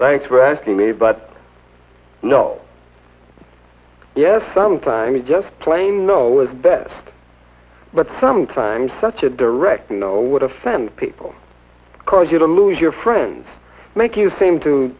thanks for asking me but no yes sometimes just plain no is best but sometimes such a direct no would offend people cause you to lose your friends make you seem to